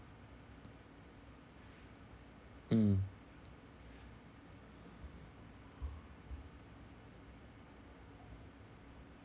mm